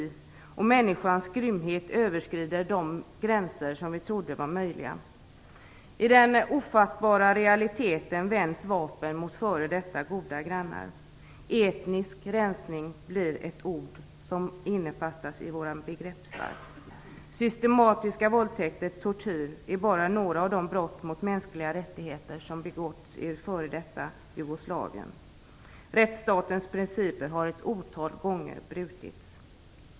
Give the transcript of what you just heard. Människans grymhet överskriver de gränser vi trodde vara möjliga. I den ofattbara realiteten vänds vapen mot före detta goda grannar. Etnisk rensning blir ett ord som innefattas i vår begreppsvärld. Systematiska våldtäkter och tortyr är bara några av de brott mot de mänskliga rättigheterna som begåtts i det f.d. Jugoslavien. Rättsstatens principer har ett otal gånger brutits.